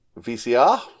VCR